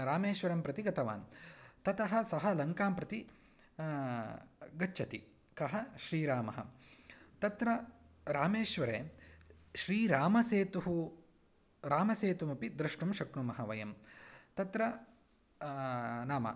रामेश्वरं प्रति गतवान् ततः सः लङ्कां प्रति गच्छति कः श्रीरामः तत्र रामेश्वरे श्रीरामसेतुः रामसेतुम् अपि द्रष्टुं शक्नुमः वयं तत्र नाम